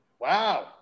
wow